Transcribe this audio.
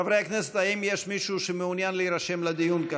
חברי הכנסת, האם יש מישהו שמעוניין להירשם לדיון?